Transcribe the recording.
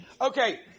Okay